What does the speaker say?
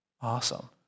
awesome